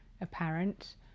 apparent